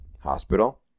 hospital